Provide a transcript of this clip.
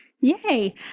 Yay